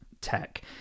tech